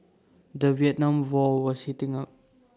the Vietnam war was heating up